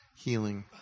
healing